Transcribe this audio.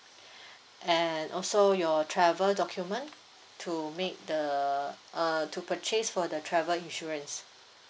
and also your travel document to make the err to purchase for the travel insurance